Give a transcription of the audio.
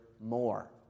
more